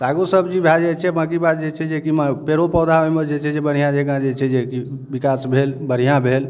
सागो सब्जी भऽ जाइ छै बाकी बात जे छै जेकि पेड़ों पौधा ओहिमे जे छै बढ़िऑं जेकाँ जे छै जे विकास भेल बढ़िआँ भेल